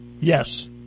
Yes